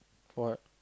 for what